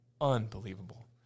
unbelievable